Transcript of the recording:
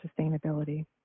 sustainability